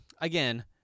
again